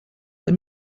let